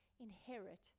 inherit